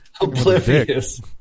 oblivious